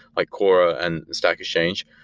like quora and stack exchange,